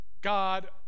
God